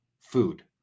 food